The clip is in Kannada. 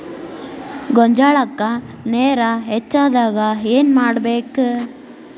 ಗೊಂಜಾಳಕ್ಕ ನೇರ ಹೆಚ್ಚಾದಾಗ ಏನ್ ಮಾಡಬೇಕ್?